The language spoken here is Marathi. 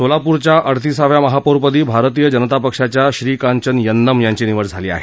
सोलापूरच्या अडतिसाव्या महापौरपदी भारतीय जनता पक्षाच्या श्रीकांचन यन्नम यांची निवड झाली आहे